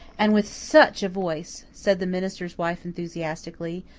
and with such a voice, said the minister's wife enthusiastically,